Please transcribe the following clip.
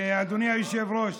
אדוני היושב-ראש,